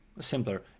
simpler